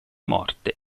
morte